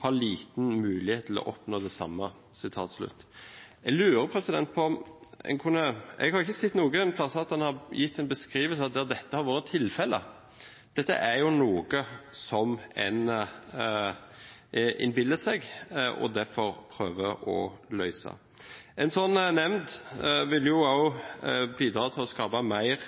har liten mulighet til å oppnå det samme.» Jeg har ikke noen plass sett at man har gitt en beskrivelse av at dette har vært tilfelle. Dette er noe som en innbiller seg, og derfor prøver å løse. En slik nemnd ville også bidra til å skape mer